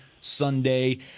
Sunday